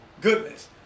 goodness